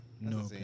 No